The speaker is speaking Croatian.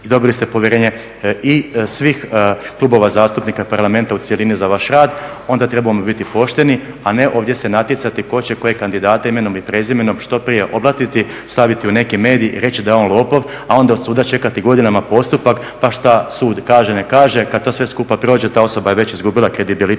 dobili ste povjerenje i svih klubova zastupnika parlamenta … za vaš rad, onda trebamo biti pošteni, a ne ovdje se natjecati tko će koje kandidate imenom i prezimenom što prije oblatiti, staviti u neki medij, reći da je on lopov, a onda od suda čekati godinama postupak pa što sud kaže, neka kaže, kad to sve skupa prođe, ta osoba je već izgubila kredibilitet